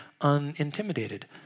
unintimidated